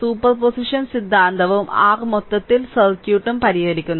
superposition സിദ്ധാന്തവും r മൊത്തത്തിൽ സർക്യൂട്ടും പരിഹരിക്കുന്നു